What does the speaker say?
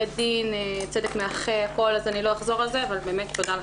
בית דין צדק --- אני לא אחזור על זה אבל באמת תודה לכם.